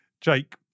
Jake